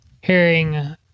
hearing